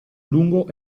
lungo